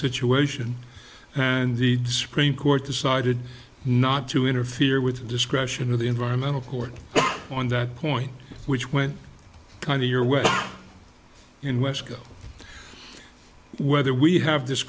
situation and the supreme court decided not to interfere with the discretion of the environmental court on that point which went kind of your way in wesco whether we have